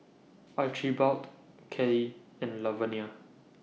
Archibald Kellie and Lavenia